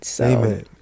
Amen